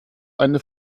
eine